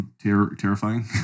terrifying